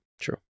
true